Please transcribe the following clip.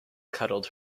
cuddled